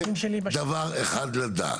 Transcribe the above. דבר אחד לדעת,